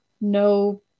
no